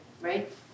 right